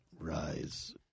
Rise